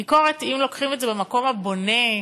ביקורת, אם לוקחים את זה במקום הבונה,